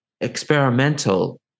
experimental